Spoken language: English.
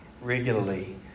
regularly